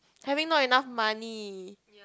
having not enough money